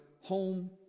home